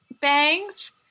bangs